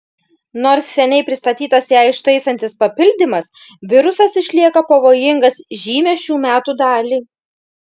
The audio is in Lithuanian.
nors seniai pristatytas ją ištaisantis papildymas virusas išlieka pavojingas žymią šių metų dalį